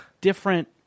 different